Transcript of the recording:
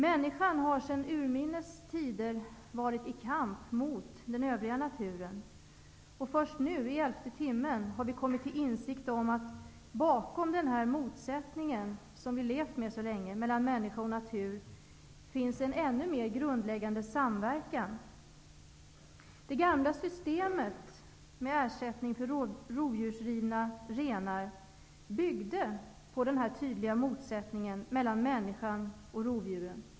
Människan har sedan urminnes tider varit i kamp mot den övriga naturen. Först nu, i elfte timmen, har vi kommit till insikt om att bakom denna motsättning, som vi har levt med så länge, mellan människa och natur finns en ännu mer grundläggande samverkan. Det gamla systemet med ersättning för rovdjursrivna renar byggde på denna tydliga motsättning mellan människan och rovdjuren.